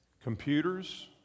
Computers